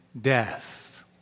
death